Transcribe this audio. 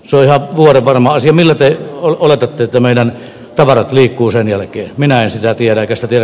isoja tulee varmaan silmille ei ole ollut että meidän tavarat liikkuu sen jälkeen minä sitä tiedä kestääkö